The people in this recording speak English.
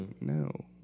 no